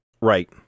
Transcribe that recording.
right